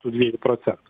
tų dviejų procent